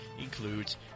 includes